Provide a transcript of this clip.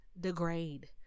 degrade